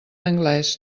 anglés